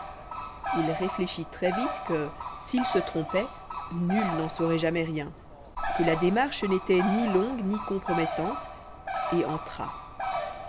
il réfléchit très vite que s'il se trompait nul n'en saurait jamais rien que la démarche n'était ni longue ni compromettante et entra